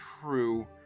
true